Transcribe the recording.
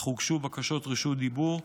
אך הוגשו בקשות רשות דיבור.